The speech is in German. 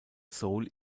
soul